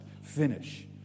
Finish